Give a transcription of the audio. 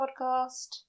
podcast